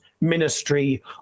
Ministry